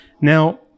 Now